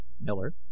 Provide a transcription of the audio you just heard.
Miller